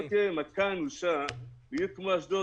זו תהיה מכה אנושה לעיר כמו אשדוד,